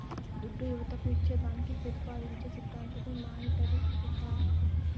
దుడ్డు యువతకు ఇచ్చేదానికి పెతిపాదించే సిద్ధాంతమే మానీటరీ రిఫార్మ్